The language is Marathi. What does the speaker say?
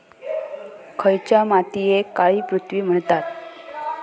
खयच्या मातीयेक काळी पृथ्वी म्हणतत?